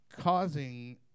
causing